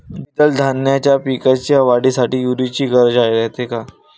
द्विदल धान्याच्या पिकाच्या वाढीसाठी यूरिया ची गरज रायते का?